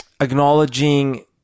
Acknowledging